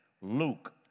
Luke